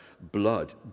Blood